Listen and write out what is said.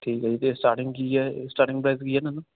ਠੀਕ ਹੈ ਜੀ ਅਤੇ ਸਟਾਰਟਿੰਗ ਕੀ ਹੈ ਸਟਾਰਟਿੰਗ ਪ੍ਰਾਈਜ਼ ਕੀ ਹੈ ਇਹਨਾਂ ਦਾ